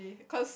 cause